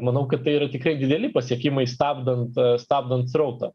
manau kad tai yra tikrai dideli pasiekimai stabdant stabdant srautą